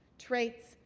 traits,